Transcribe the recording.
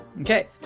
Okay